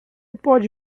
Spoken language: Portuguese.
pode